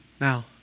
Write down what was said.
now